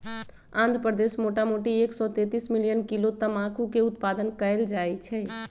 आंध्र प्रदेश मोटामोटी एक सौ तेतीस मिलियन किलो तमाकुलके उत्पादन कएल जाइ छइ